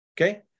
Okay